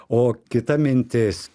o kita mintis